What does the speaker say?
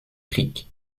creek